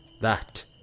That